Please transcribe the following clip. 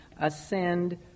ascend